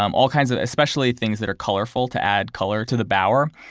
um all kinds of, especially things that are colorful to add color to the bower.